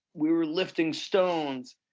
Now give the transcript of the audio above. we were lifting stones,